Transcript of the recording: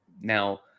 Now